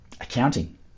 accounting